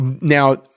Now